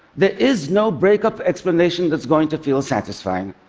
there is no breakup explanation that's going to feel satisfying.